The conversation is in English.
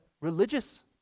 religious